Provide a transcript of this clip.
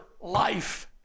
life